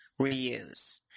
reuse